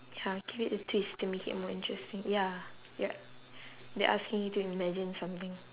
ya give it a twist to make it more interesting ya yup they asking you to imagine something